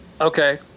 Okay